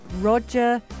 roger